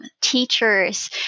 teachers